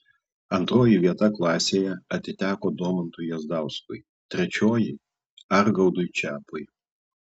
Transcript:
antroji vieta klasėje atiteko domantui jazdauskui trečioji argaudui čepui